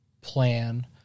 plan